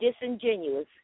disingenuous